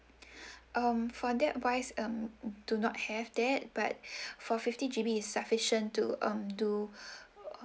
um for that wise um do not have that but for fifty G_B is sufficient to um do